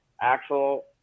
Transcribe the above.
Axel